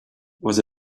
was